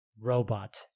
Robot